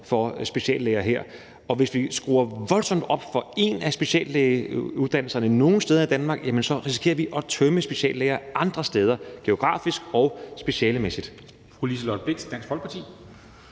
for speciallæger, og hvis vi skruer voldsomt op for en af speciallægeuddannelserne nogle steder i Danmark, risikerer vi at tømme andre steder for speciallæger geografisk og specialemæssigt.